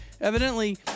Evidently